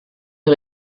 die